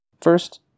First